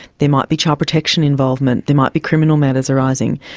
there might be child protection involvement, there might be criminal matters arising,